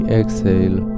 exhale